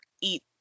eat